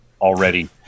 already